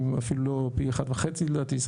אפילו פי 1.5 לדעתי,